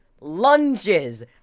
lunges